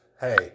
Hey